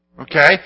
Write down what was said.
Okay